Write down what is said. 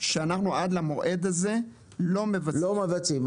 שעד למועד הזה אנחנו לא מבצעים.